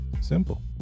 simple